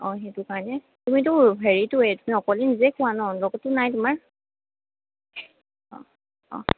অঁ সেইটো কাৰণে তুমিটো হেৰিটো অকলে নিজেই খোৱা ন লগততো নাই তোমাৰ